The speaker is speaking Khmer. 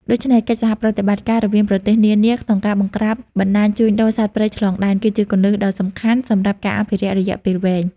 ដូច្នេះ កិច្ចសហប្រតិបត្តិការរវាងប្រទេសនានា ក្នុងការ បង្ក្រាបបណ្តាញជួញដូរសត្វព្រៃឆ្លងដែន គឺជាគន្លឹះដ៏សំខាន់សម្រាប់ការអភិរក្សរយៈពេលវែង។